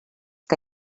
que